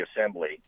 assembly